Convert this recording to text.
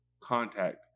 contact